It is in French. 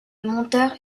monteur